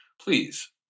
please